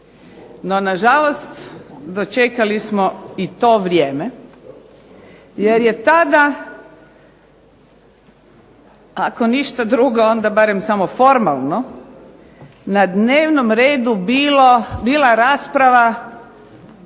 No nažalost, dočekali smo i to vrijeme jer je tada ako ništa drugo onda barem formalno, na dnevnom redu bila rasprava